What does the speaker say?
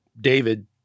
David